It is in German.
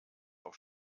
auf